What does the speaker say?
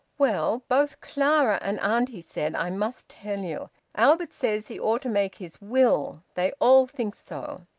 well both clara and auntie said i must tell you. albert says he ought to make his will they all think so.